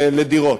לדירות,